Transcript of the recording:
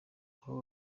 aho